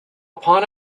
upon